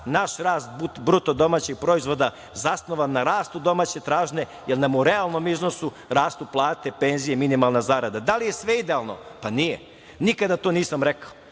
je rast, naš rast BDP zasnovan na rastu domaće tražnje, jer nam u realnom iznosu rastu plate, penzije i minimalna zarada. Da li je sve idealno, pa, nije. Nikada to nisam rekao